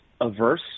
averse